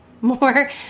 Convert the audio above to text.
more